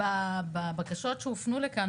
בבקשות שהופנו לכאן,